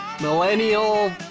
millennial